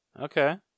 Okay